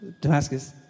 damascus